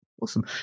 awesome